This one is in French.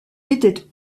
était